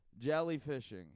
jellyfishing